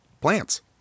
plants